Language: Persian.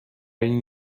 این